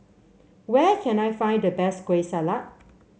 where can I find the best Kueh Salat